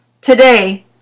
today